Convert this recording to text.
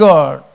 God